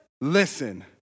listen